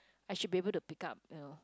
I should be able to pick up